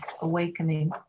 awakening